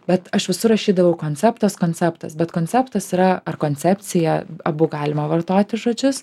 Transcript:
bet aš visur rašydavau konceptas konceptas bet konceptas yra ar koncepcija abu galima vartoti žodžius